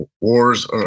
wars